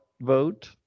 vote